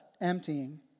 Emptying